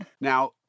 Now